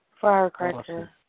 Firecracker